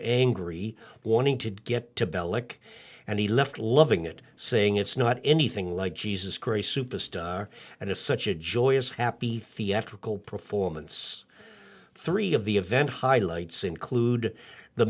angry wanting to get to bellick and he left loving it saying it's not anything like jesus christ superstar and it's such a joyous happy theatrical performance three of the event highlights include the